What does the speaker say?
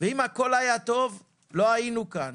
אם הכול היה טוב לא היינו כאן.